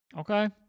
okay